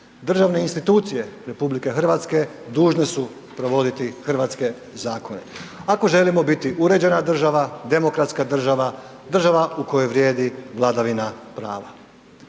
državne institucije RH dužne su provoditi hrvatske zakone ako želimo biti uređena država, demokratska država, država u kojoj vrijedi vladavina prava.